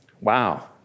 Wow